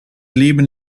leben